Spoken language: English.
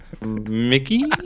Mickey